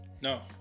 No